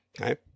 Okay